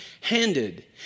handed